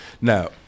Now